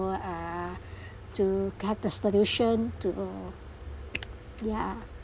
ah to come to solution to ya